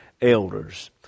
elders